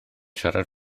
siarad